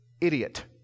Idiot